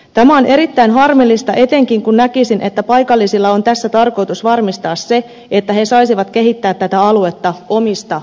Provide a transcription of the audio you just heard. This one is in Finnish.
tämä on erittäin harmillista etenkin kun näkisin että paikallisilla on tässä tarkoitus varmistaa se että he saisivat kehittää tätä aluetta omista lähtökohdistaan